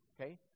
Okay